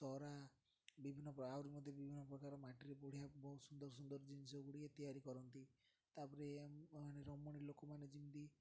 ତରା ବିଭିନ୍ନ ପ ଆହୁରି ମଧ୍ୟ ବିଭିନ୍ନ ପ୍ରକାର ମାଟିରେ ବଢ଼ିଆ ବହୁତ ସୁନ୍ଦର ସୁନ୍ଦର ଜିନିଷ ଗୁଡ଼ିଏ ତିଆରି କରନ୍ତି ତା'ପରେ ମାନେ ରଙ୍ଗଣୀ ଲୋକମାନେ ଯେମିତି